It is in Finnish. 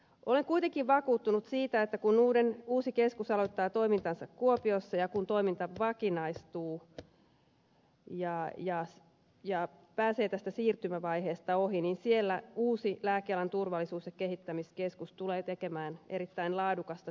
olen kuitenkin vakuuttunut siitä että kun uusi keskus aloittaa toimintansa kuopiossa ja kun toiminta vakinaistuu ja pääsee tästä siirtymävaiheesta ohi niin siellä uusi lääkealan turvallisuus ja kehittämiskeskus tulee tekemään erittäin laadukasta työtä